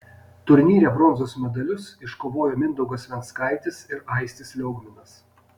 turnyre bronzos medalius iškovojo mindaugas venckaitis ir aistis liaugminas